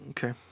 Okay